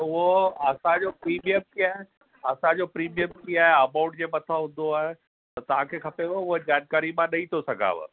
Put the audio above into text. असांजो प्रीमियम कीअं आहे असांजो प्रीमियम हुन अमाउंट जे मथा हूंदो आहे त तव्हांखे खपेव उहा जानकारी मां ॾई थो सघांव